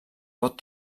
pot